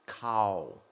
Cow